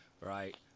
right